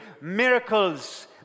Miracles